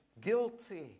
guilty